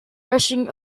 rushing